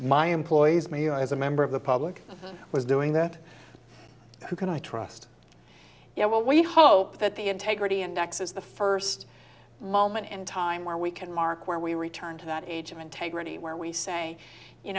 my employees me you as a member of the public was doing that who can i trust you know well we hope that the integrity index is the first moment in time where we can mark where we return to that age of integrity where we say you